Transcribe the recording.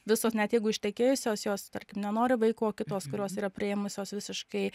visos net jeigu ištekėjusios jos tarkim nenori vaiko o kitos kurios yra priėmusios visiškai